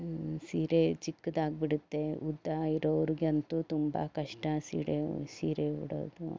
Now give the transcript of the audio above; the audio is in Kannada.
ಸೀರೆ ಚಿಕ್ಕದಾಗಿಬಿಡತ್ತೆ ಉದ್ದ ಇರೋರ್ಗಂತು ತುಂಬ ಕಷ್ಟ ಸೀರೆ ಸೀರೆ ಉಡೋದು